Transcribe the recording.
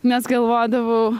nes galvodavau